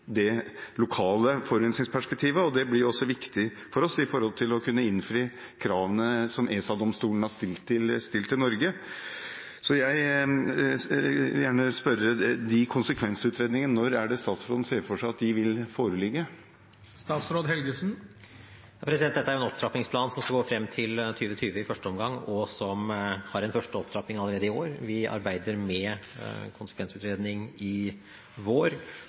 det lokale forurensningsperspektivet. Det blir også viktig for oss når det gjelder å kunne innfri kravene som ESA-domstolen har stilt til Norge. Jeg vil gjerne spørre om når statsråden ser for seg at disse konsekvensutredningene vil foreligge. Dette er en opptrappingsplan som skal gå frem til 2020 i første omgang, og det er en første opptrapping allerede i år. Vi arbeider med konsekvensutredning i vår,